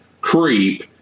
creep